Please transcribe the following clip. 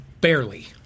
Barely